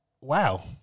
wow